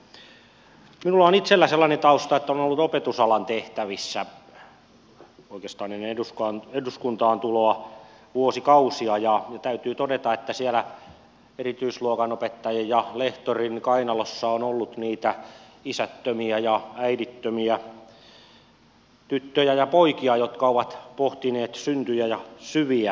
minulla on itselläni sellainen tausta että olen ollut opetusalan tehtävissä ennen eduskuntaan tuloa oikeastaan vuosikausia ja täytyy todeta että siellä erityisluokanopettajan ja lehtorin kainalossa on ollut niitä isättömiä ja äidittömiä tyttöjä ja poikia jotka ovat pohtineet syntyjä ja syviä